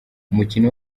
umukino